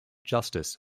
justice